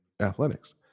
athletics